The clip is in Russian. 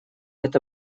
это